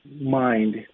mind